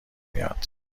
میاد